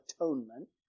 atonement